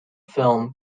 film